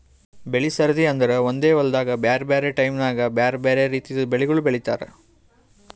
ಬೆಳೆ ಸರದಿ ಅಂದುರ್ ಒಂದೆ ಹೊಲ್ದಾಗ್ ಬ್ಯಾರೆ ಬ್ಯಾರೆ ಟೈಮ್ ನ್ಯಾಗ್ ಬ್ಯಾರೆ ಬ್ಯಾರೆ ರಿತಿದು ಬೆಳಿಗೊಳ್ ಬೆಳೀತಾರ್